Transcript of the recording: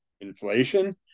Inflation